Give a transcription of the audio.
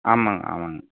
ஆமாங்க ஆமாங்க